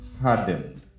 hardened